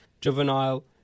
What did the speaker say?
juvenile